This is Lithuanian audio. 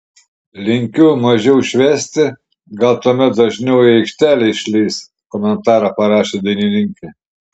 linkiu mažiau švęsti gal tuomet dažniau į aikštelę išleis komentarą parašė dainininkė